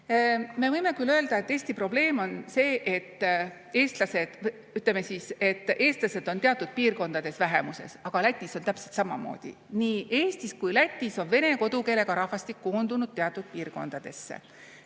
Me võime küll öelda, et Eesti probleem on see, et eestlased on teatud piirkondades vähemuses, aga Lätis on täpselt samamoodi. Nii Eestis kui Lätis on vene kodukeelega rahvastik koondunud teatud piirkondadesse.